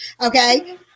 Okay